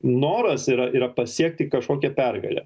noras yra yra pasiekti kažkokią pergalę